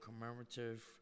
commemorative